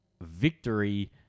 victory